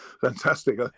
Fantastic